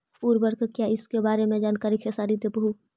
उर्वरक क्या इ सके बारे मे जानकारी खेसारी देबहू?